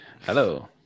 Hello